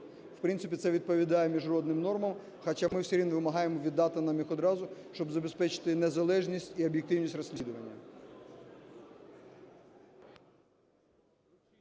В принципі, це відповідає міжнародним нормам, хоча ми все рівно вимагаємо віддати нам їх одразу, щоб забезпечити незалежність і об'єктивність розслідування.